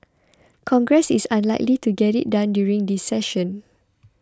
congress is unlikely to get it done during this session